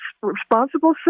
responsible